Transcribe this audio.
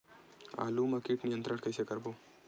आलू मा कीट नियंत्रण कइसे करबो?